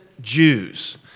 Jews